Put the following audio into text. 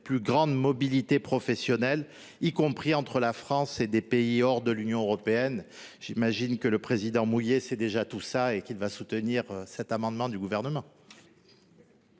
plus grande mobilité professionnelle, y compris entre la France et des pays situés hors de l’Union européenne. Sans doute le président Mouiller sait il déjà tout cela et soutiendra t il cet amendement du Gouvernement